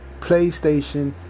PlayStation